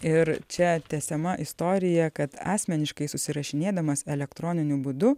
ir čia tęsiama istorija kad asmeniškai susirašinėdamas elektroniniu būdu